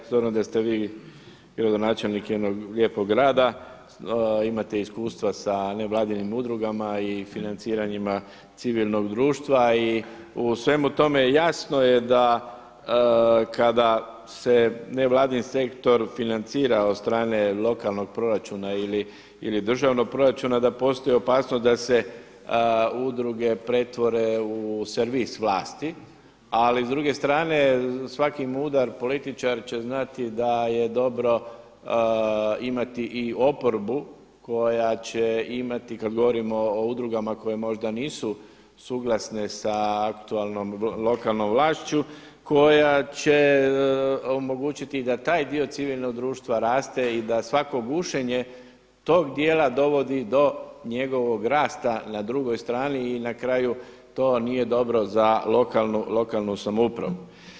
S obzirom da ste vi gradonačelnik jednog lijepog grada imate iskustva s nevladinim udrugama i financiranjima civilnog društva i svemu tome jasno je kada se nevladin sektor financira od strane lokalnog proračuna ili državnog proračuna da postoji opasnost da se udruge pretvore u servis vlasti, ali s druge strane svaki mudar političar će znati da je dobro imati i oporbu koja će imati kada govorimo o udrugama koje možda nisu suglasne sa aktualnom lokalnom vlašću koja će omogućiti da taj dio civilnog društva raste i da svako gušenje tog dijela dovodi do njegovog rasta na drugoj strani i na kraju to nije dobro za lokalnu samoupravu.